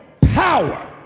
Power